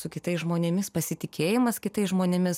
su kitais žmonėmis pasitikėjimas kitais žmonėmis